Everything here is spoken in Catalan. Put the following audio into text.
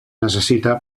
necessita